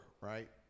right